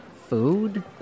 Food